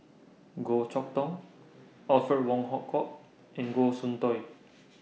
Goh Chok Tong Alfred Wong Hong Kwok and Goh Soon Tioe